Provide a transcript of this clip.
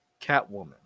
Catwoman